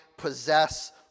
possess